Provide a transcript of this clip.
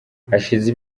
hashize